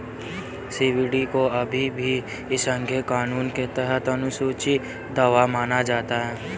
CBD को अभी भी संघीय कानून के तहत अनुसूची दवा माना जाता है